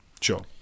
Sure